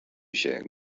się